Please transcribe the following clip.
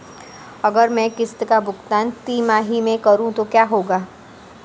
अगर मैं किश्त का भुगतान तिमाही में करूं तो क्या होगा?